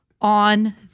on